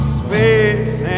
space